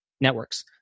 networks